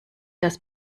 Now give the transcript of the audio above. das